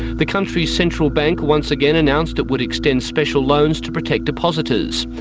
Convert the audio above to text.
the country's central bank once again announced it would extend special loans to protect depositors.